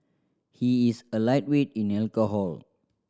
he is a lightweight in alcohol